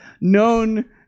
known